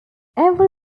every